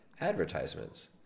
advertisements